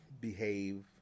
behave